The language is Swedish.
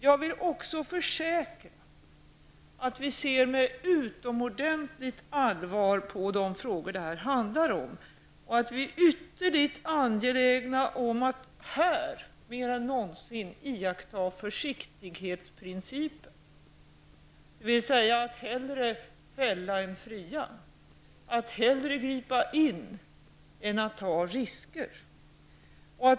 Jag vill också försäkra att vi ser med utomordentligt allvar på de frågor som detta handlar om och att vi är ytterligt angelägna om att här mer än någonsin iaktta försiktighetsprincipen, dvs. att hellre fälla än fria, att hellre gripa in än att ta risker.